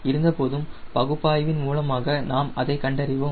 இருந்தபோதிலும் பகுப்பாய்வின் மூலமாக நாம் அதை கண்டறிவோம்